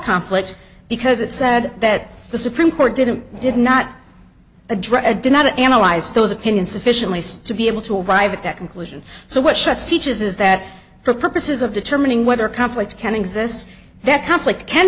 conflict because it said that the supreme court didn't did not address did not analyze those opinion sufficiently to be able to arrive at that conclusion so what shots teaches is that for purposes of determining whether conflicts can exist that conflict can